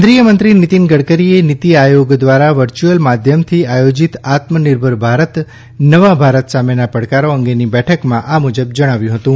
કેન્દ્રીય મંત્રી નીતિન ગડકરીએ નીતિ આયોગ દ્વારા વર્ચ્યુઅલ માધ્યમથી આયોજિત આત્મનિર્ભર ભારત નવા ભારત સામેના પડકારો અંગેની બેઠકમાં આ મુજબ જણાવ્યું હતું